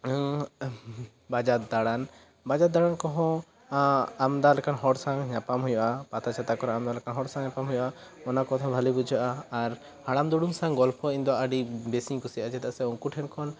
ᱱᱚᱜᱼᱚᱭ ᱵᱟᱡᱟᱨ ᱫᱟᱬᱟᱱ ᱵᱟᱡᱟᱨ ᱫᱟᱲᱟᱱ ᱠᱚᱦᱚᱸ ᱟᱢᱫᱟ ᱞᱮᱠᱟᱱ ᱦᱚᱲ ᱥᱟᱶ ᱧᱟᱯᱟᱢ ᱦᱩᱭᱩᱜᱼᱟ ᱯᱟᱛᱟ ᱪᱷᱟᱛᱟ ᱠᱚᱨᱮ ᱟᱢᱟ ᱞᱮᱠᱟᱱ ᱦᱚᱲ ᱥᱟᱞᱟᱜ ᱧᱟᱯᱟᱢ ᱦᱩᱭᱩᱜᱼᱟ ᱚᱱᱟ ᱠᱚ ᱦᱚ ᱵᱷᱟᱞᱮ ᱵᱩᱡᱷᱟᱹᱜᱼᱟ ᱦᱟᱲᱟᱢ ᱵᱩᱲᱦᱤ ᱥᱟᱶ ᱜᱚᱞᱯᱚ ᱤᱧ ᱫᱚ ᱟᱹᱰᱤ ᱵᱮᱥ ᱤᱧ ᱠᱩᱥᱤᱭᱟᱜᱼᱟ ᱪᱮᱫᱟᱜ ᱥᱮ ᱩᱱᱠᱩ ᱴᱷᱮᱱ ᱠᱷᱚᱱ